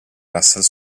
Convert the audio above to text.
russell